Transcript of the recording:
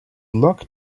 luck